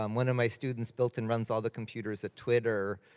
um one of my students built and runs all the computers at twitter.